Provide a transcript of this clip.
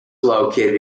located